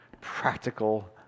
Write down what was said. practical